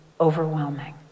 overwhelming